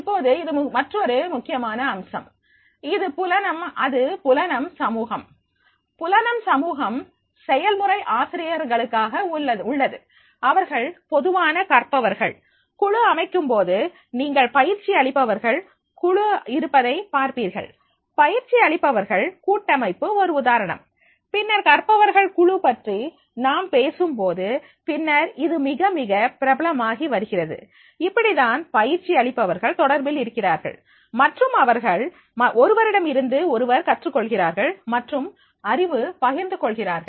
இப்போது இது மற்றொரு முக்கியமான அம்சம் அது புலனம் சமூகம் புலனம் சமூகம் செயல்முறை ஆசிரியர்களுக்காக உள்ளது அவர்கள் பொதுவான கற்பவர்கள் குழு அமைக்கும்போது நீங்கள் பயிற்சி அளிப்பவர்கள் குழு இருப்பதை பார்ப்பீர்கள் பயிற்சி அளிப்பவர்கள் கூட்டமைப்பு ஒரு உதாரணம் பின்னர் கற்பவர்கள் குழு பற்றி நாம் பேசும்போது பின்னர் இது மிகமிக பிரபலமாகி வருகிறது இப்படி தான் பயிற்சி அளிப்பவர்கள் தொடர்பில் இருக்கிறார்கள் மற்றும் அவர்கள் ஒருவரிடமிருந்து ஒருவர் கற்றுக் கொள்கிறார்கள் மற்றும் அறிவு பகிர்ந்து கொள்கிறார்கள்